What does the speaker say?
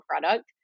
product